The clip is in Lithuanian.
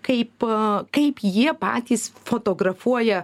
kaip kaip jie patys fotografuoja